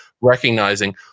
recognizing